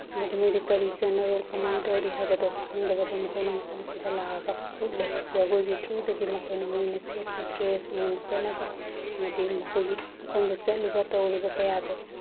ꯑꯃꯗꯤ ꯃꯣꯏꯗ ꯀꯔꯤ ꯆꯠꯅꯔꯣꯜ ꯀꯃꯥꯏꯅ ꯇꯧꯔꯤ ꯍꯥꯏꯕꯗꯣ ꯈꯪꯗꯕꯣ ꯃꯈꯣꯏꯅ ꯃꯐꯝꯁꯤꯗ ꯂꯥꯛꯑꯒ ꯎꯠꯂꯦ ꯖꯒꯣꯏꯒꯤ ꯊ꯭ꯔꯨꯗꯒꯤ ꯃꯈꯣꯏꯅ ꯃꯣꯏꯅ ꯁꯦꯠꯄ ꯗ꯭ꯔꯦꯁ ꯃꯣꯏꯅ ꯆꯠꯅꯕꯤ ꯑꯃꯗꯤ ꯃꯈꯣꯏꯒꯤ ꯃꯐꯝꯗ ꯆꯠꯂꯤꯕ ꯇꯧꯔꯤꯕ ꯀꯌꯥꯗꯨ